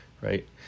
right